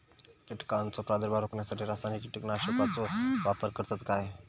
कीटकांचो प्रादुर्भाव रोखण्यासाठी रासायनिक कीटकनाशकाचो वापर करतत काय?